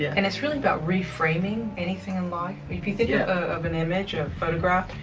yeah and it's really about reframing anything in life. if you think yeah of an image, a photograph,